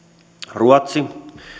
ruotsi